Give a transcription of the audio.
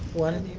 one.